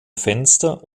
fenster